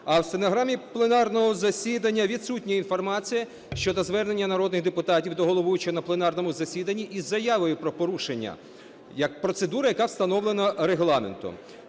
А в стенограмі пленарного засідання відсутня інформація щодо звернення народних депутатів до головуючого на пленарному засіданні із заявою про порушення процедури, яка встановлена Регламентом.